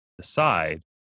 decide